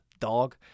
dog